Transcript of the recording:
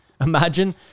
imagine